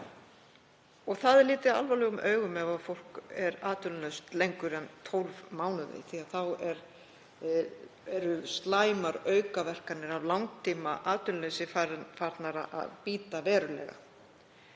Það er litið alvarlegum augum ef fólk er atvinnulaust lengur en 12 mánuði því að þá eru slæmar aukaverkanir af langtímaatvinnuleysi farnar að bíta verulega.